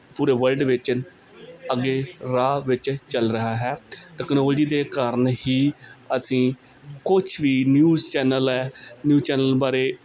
ਪੂਰੇ ਵਰਲਡ ਵਿਚ ਅੱਗੇ ਰਾਹ ਵਿੱਚ ਚੱਲ ਰਿਹਾ ਹੈ ਟੈਕਨੋਲੋਜੀ ਦੇ ਕਾਰਨ ਹੀ ਅਸੀਂ ਕੁਝ ਵੀ ਨਿਊਜ਼ ਚੈਨਲ ਹੈ ਨਿਊਜ਼ ਚੈਨਲ ਬਾਰੇ